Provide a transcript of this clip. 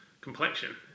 complexion